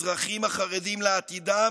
אזרחים החרדים לעתידם,